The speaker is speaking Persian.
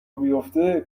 بیافته